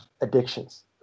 addictions